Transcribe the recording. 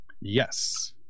Yes